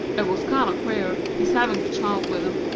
it was kind of queer, his havin' the child with him,